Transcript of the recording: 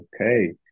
okay